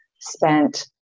spent